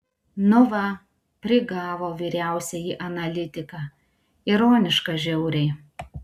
nu va prigavo vyriausiąjį analitiką ironiška žiauriai